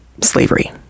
slavery